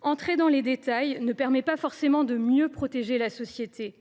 Entrer dans les détails ne permet pas forcément de mieux protéger la société.